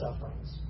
sufferings